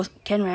can right